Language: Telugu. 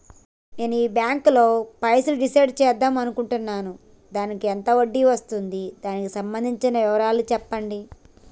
నేను ఈ బ్యాంకులో పైసలు డిసైడ్ చేద్దాం అనుకుంటున్నాను దానికి ఎంత వడ్డీ వస్తుంది దానికి సంబంధించిన వివరాలు చెప్పండి?